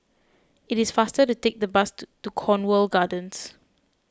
it is faster to take the bus to to Cornwall Gardens